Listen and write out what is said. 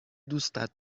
دوستت